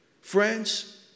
Friends